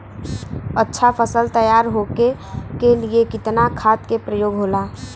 अच्छा फसल तैयार होके के लिए कितना खाद के प्रयोग होला?